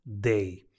day